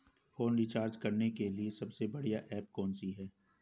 Phone recharge करने के लिए सबसे बढ़िया ऐप कौन सी है?